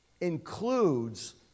includes